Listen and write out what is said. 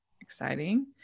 exciting